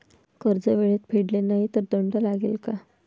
कर्ज वेळेत फेडले नाही तर दंड लागेल का?